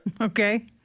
Okay